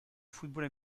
football